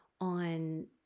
on